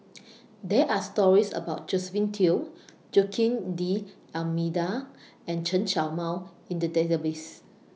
There Are stories about Josephine Teo Joaquim D'almeida and Chen Show Mao in The Database